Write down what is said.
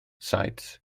saets